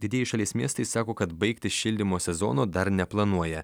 didieji šalies miestai sako kad baigti šildymo sezono dar neplanuoja